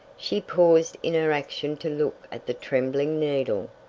she paused in her action to look at the trembling needle.